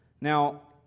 Now